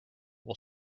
will